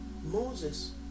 Moses